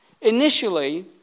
Initially